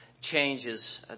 changes